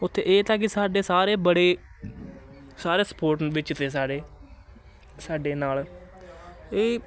ਉੱਥੇ ਇਹ ਤਾਂ ਕੀ ਸਾਡੇ ਸਾਰੇ ਬੜੇ ਸਾਰੇ ਸਪੋਰਟ ਵਿੱਚ ਤੇ ਸਾਰੇ ਸਾਡੇ ਨਾਲ ਇਹ